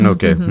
Okay